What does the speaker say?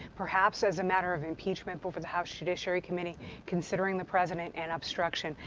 perhaps as a matter of impeachment but for the house judiciary committee considering the president and obstruction.